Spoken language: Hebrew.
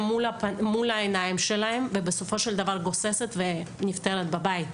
מול העיניים שלהם ובסופו של דבר גוססת ונפטרת בבית.